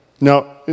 Now